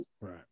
right